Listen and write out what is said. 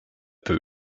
peu